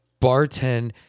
bartend